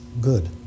good